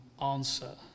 answer